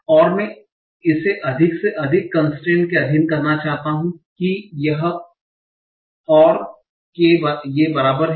और मैं इसे अधिक से अधिक कन्स्ट्रेन्ट के अधीन करना चाहता हूं कि यह और ये बराबर हैं